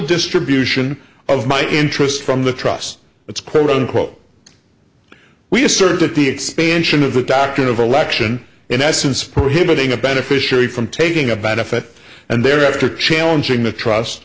distribution of my interest from the trust it's quote unquote we assert that the expansion of the doctrine of election in essence prohibiting a beneficiary from taking a benefit and thereafter challenging the trust